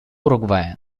уругвая